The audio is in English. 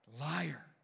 Liar